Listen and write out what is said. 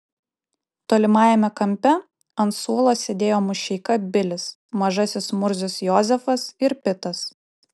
tolimajame kampe ant suolo sėdėjo mušeika bilis mažasis murzius jozefas ir pitas